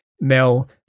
Mel